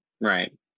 right